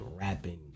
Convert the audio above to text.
rapping